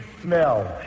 smell